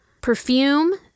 perfume